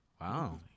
Wow